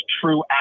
true